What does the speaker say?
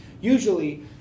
Usually